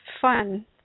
fun